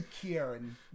Kieran